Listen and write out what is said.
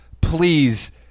please